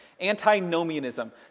Antinomianism